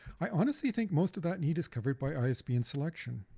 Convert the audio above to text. i honestly think most of that and need is covered by isbn selection.